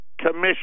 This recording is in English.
Commission